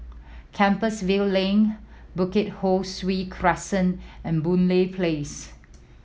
Compassvale Link Bukit Ho Swee Crescent and Boon Lay Place